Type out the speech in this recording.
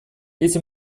если